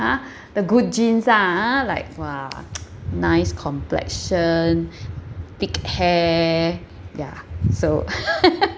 ah the good genes ah ah like !wah! nice complexion thick hair ya so